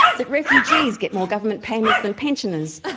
that refugees get more government payments than pensioners,